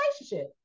relationship